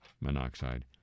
monoxide